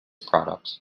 products